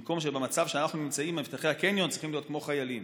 במקום שבמצב שבו אנחנו נמצאים מאבטחי הקניון צריכים להיות כמו חיילים,